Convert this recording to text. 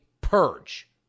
purge